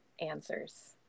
answers